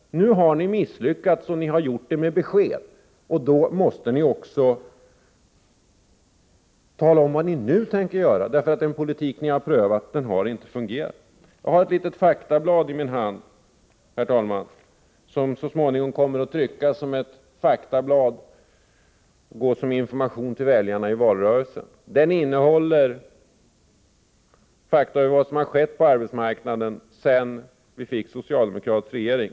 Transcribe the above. Nu har ni misslyckats — och det med besked. Då måste ni också tala om vad ni framöver tänker göra. Den politik som ni har prövat har ju inte fungerat. Jag har, herr talman, ett litet faktablad i min hand, som när det så småningom är tryckt kommer att ges som information till väljarna i valrörelsen. Det innehåller fakta om vad som har skett på arbetsmarknaden sedan vi fick en socialdemokratisk regering.